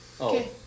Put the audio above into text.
Okay